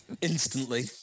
Instantly